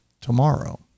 tomorrow